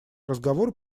разговор